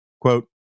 Quote